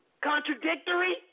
Contradictory